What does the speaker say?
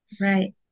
Right